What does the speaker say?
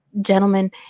Gentlemen